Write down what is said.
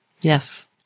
yes